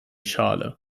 schale